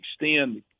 extend